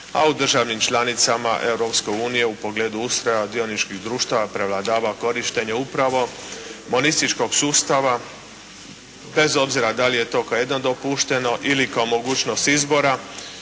a u državnim članicama Europske unije u pogledu ustroja dioničkih društava prevladava korištenje upravo monističkog sustava, bez obzira da li je to … dopušteno ili kao mogućnost izbora,